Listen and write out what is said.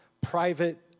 private